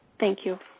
thank you.